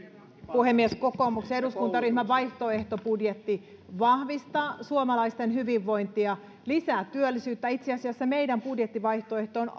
puhemies kokoomuksen eduskuntaryhmän vaihtoehtobudjetti vahvistaa suomalaisten hyvinvointia lisää työllisyyttä itse asiassa meidän budjettivaihtoehto on